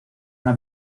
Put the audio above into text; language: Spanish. una